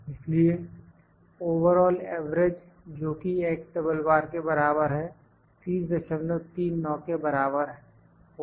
इसलिए overall average जो कि के बराबर है 3039 के बराबर होगा